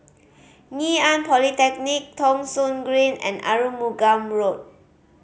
Ngee Ann Polytechnic Thong Soon Green and Arumugam Road